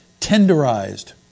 tenderized